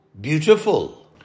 beautiful